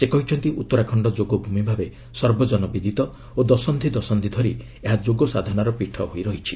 ସେ କହିଛନ୍ତି ଉତ୍ତରାଖଣ୍ଡ ଯୋଗଭୂମି ଭାବେ ସର୍ବଜନ ବିଦିତ ଓ ଦଶନ୍ଧି ଦଶନ୍ଧି ଧରି ଏହା ଯୋଗସାଧନାର ପୀଠ ହୋଇ ରହିଛି